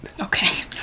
Okay